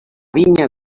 vinya